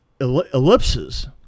ellipses